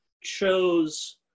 chose